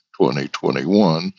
2021